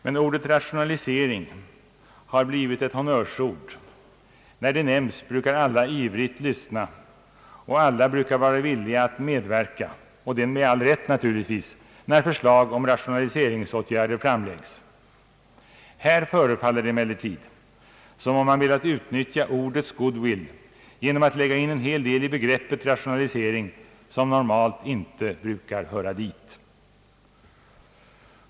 Men ordet »rationalisering» har blivit ett honnörsord; när det nämns brukar alla vara ivriga att lyssna, och alla brukar vara villiga att medverka — med all rätt naturligtvis — när förslag om rationaliseringsåtgärder framläggs. Här förefaller det emellertid som om man velat utnyttja ordets goodwill genom att lägga in en hel del i begreppet rationalisering som normalt inte brukar höra dit.